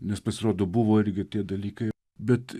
nes pasirodo buvo irgi tie dalykai bet